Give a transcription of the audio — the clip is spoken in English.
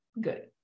good